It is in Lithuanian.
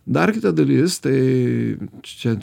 dar kita dalis tai čia